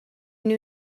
knew